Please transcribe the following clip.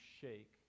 shake